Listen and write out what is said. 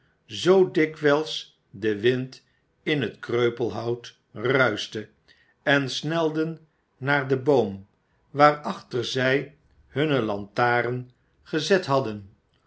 zoo dikwijls de wind in het kreupelhout ruischte en snelden naar den boom waarachter zij hunne lantaren gezet hadden